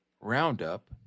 roundup